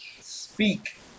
speak